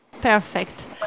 Perfect